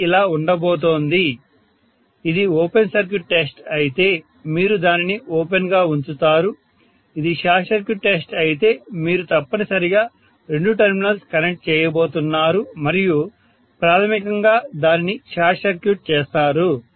ఇది ఇలా ఉండబోతోంది ఇది ఓపెన్ సర్క్యూట్ టెస్ట్ అయితే మీరు దానిని ఓపెన్ గా ఉంచుతారు ఇది షార్ట్ సర్క్యూట్ టెస్ట్ అయితే మీరు తప్పనిసరిగా రెండు టెర్మినల్స్ కనెక్ట్ చేయబోతున్నారు మరియు ప్రాథమికంగా దానిని షార్ట్ సర్క్యూట్ చేస్తారు